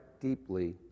deeply